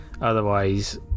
otherwise